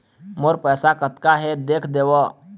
मोर पैसा कतका हे देख देव?